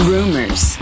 Rumors